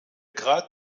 grad